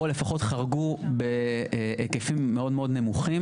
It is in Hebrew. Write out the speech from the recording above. או לפחות חרגו בהיקפים מאוד מאוד נמוכים.